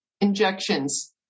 injections